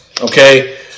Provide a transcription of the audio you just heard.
Okay